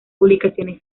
publicaciones